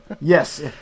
Yes